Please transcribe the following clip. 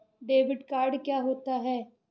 Debit card क्या होता है?